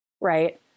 right